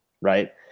right